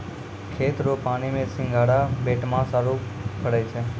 खेत रो पानी मे सिंघारा, भेटमास आरु फरै छै